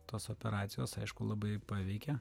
tos operacijos aišku labai paveikė